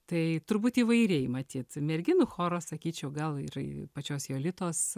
tai turbūt įvairiai matyt merginų choras sakyčiau gal yra pačios jolitos